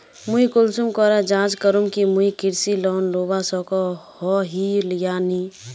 मुई कुंसम करे जाँच करूम की मुई कृषि लोन लुबा सकोहो ही या नी?